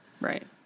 Right